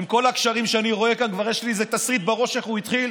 עם כל הקשרים שאני רואה כאן כבר יש לי איזה תסריט בראש איך הוא התחיל